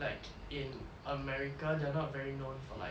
like in america they're not very known for like